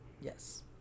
Yes